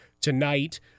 tonight